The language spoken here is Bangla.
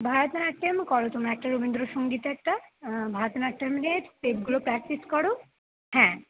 ভারতনাট্যম করো তোমরা একটা রবীন্দ্রসংগীত একটা ভারতনাট্যম দিয়ে স্টেপগুলো প্র্যাক্টিস করো হ্যাঁ